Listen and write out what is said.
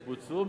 בוצעו,